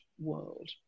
world